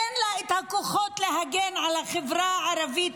אין לה את הכוחות להגן על החברה הערבית